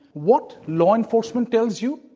what law enforcement tells you,